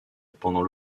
pendant